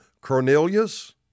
Cornelius